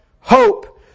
hope